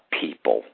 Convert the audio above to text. people